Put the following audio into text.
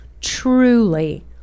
truly